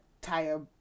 tire